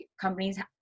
companies